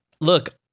look